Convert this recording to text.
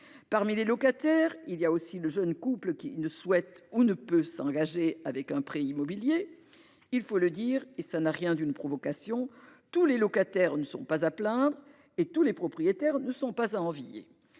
parmi les locataires, il y a aussi le jeune couple qui ne veut pas, ou ne peut pas, contracter un prêt immobilier. Il faut le dire, sans provocation : tous les locataires ne sont pas à plaindre et tous les propriétaires ne sont pas à envier.